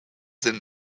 than